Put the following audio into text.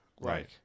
Right